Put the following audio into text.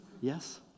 Yes